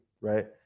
Right